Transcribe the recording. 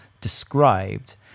described